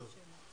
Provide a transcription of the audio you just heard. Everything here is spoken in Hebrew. טוב.